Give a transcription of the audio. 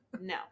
No